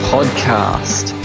Podcast